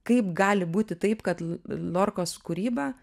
kaip gali būti taip kad lorkos kūryba